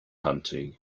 hunting